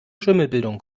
schimmelbildung